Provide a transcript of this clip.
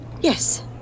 Yes